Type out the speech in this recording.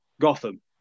Gotham